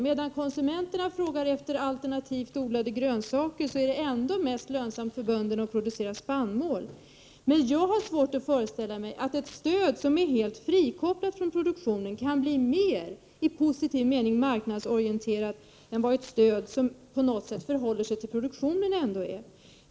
Medan konsumenterna efterfrågar alternativt odlade grönsaker, är det fortfarande mest lönsamt för bönderna att producera spannmål. Men jag har svårt att föreställa mig att ett stöd som är helt frikopplat från produktionen kan bli mer, i positiv mening, marknadsorienterad än det stöd som på något sätt håller sig till produktionen.